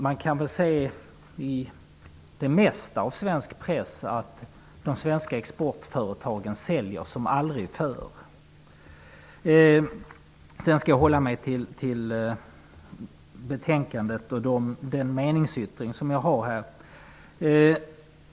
Man kan se i det mesta av svensk press att de svenska exportföretagen säljer som aldrig förr. Jag har en meningsyttring fogad till betänkandet.